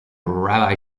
rabbi